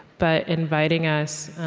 but inviting us